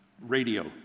radio